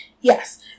Yes